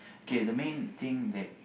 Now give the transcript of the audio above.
K they main thing that